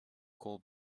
call